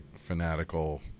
fanatical